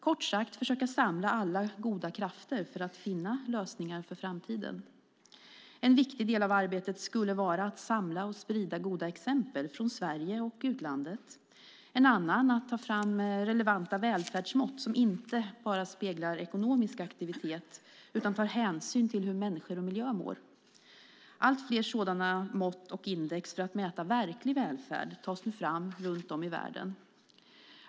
Kort sagt skulle den försöka samla alla goda krafter för att finna lösningar för framtiden. En viktig del av arbetet skulle vara att samla och sprida goda exempel från Sverige och utlandet. En annan skulle vara att ta fram relevanta välfärdsmått som inte bara speglar ekonomisk aktivitet utan tar hänsyn till hur människor och miljö mår. Allt fler sådana mått och index för att mäta verklig välfärd tas nu fram runtom i världen.